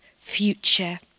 future